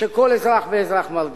שכל אזרח ואזרח מרגיש.